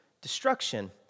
destruction